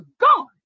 gone